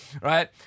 right